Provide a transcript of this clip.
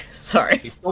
Sorry